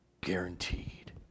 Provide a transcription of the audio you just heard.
guaranteed